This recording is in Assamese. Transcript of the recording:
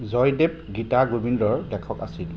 জয়দেৱ গীতা গোবিন্দৰ লেখক আছিল